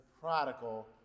prodigal